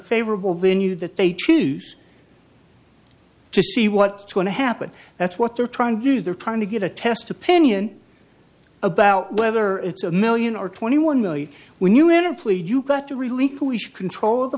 favorable venue that they choose to see what two and a happen that's what they're trying to do they're trying to get a test opinion about whether it's a million or twenty one million when you enter a plea you've got to relinquish control of the